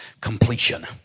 completion